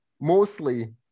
mostly